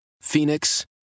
Phoenix